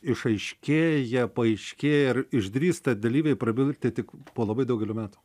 išaiškėja paaiškėja ir išdrįsta dalyviai prabilti tik po labai daugelio metų